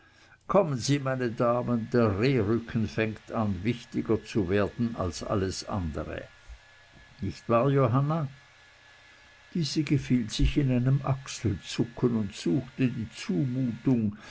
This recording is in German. kommen sie meine damen der rehrücken fängt an wichtiger zu werden als alles andre nicht wahr johanna diese gefiel sich in einem achselzucken und suchte die zumutung